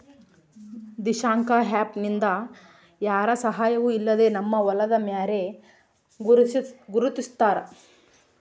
Dishank app ನಿಂದ ಯಾರ ಸಹಾಯವೂ ಇಲ್ಲದೆ ನಮ್ಮ ಹೊಲದ ಮ್ಯಾರೆ ಗುರುತಿಸ್ತಾರ